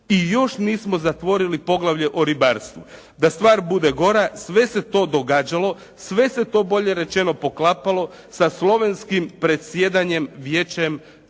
i još nismo zatvorili poglavlje o ribarstvu. Da stvar bude gora sve se to događalo, sve se to bolje rečeno poklapalo sa Slovenskim predsjedanjem Vijećem